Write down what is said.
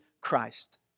Christ